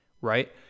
right